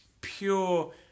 pure